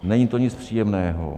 Není to nic příjemného.